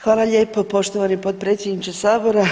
Hvala lijepo poštovani potpredsjedniče sabora.